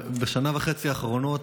בשנה וחצי האחרונות,